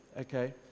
okay